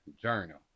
Journal